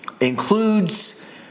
includes